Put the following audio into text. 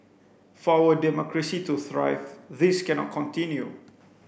for our democracy to thrive this cannot continue